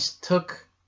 took